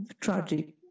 tragic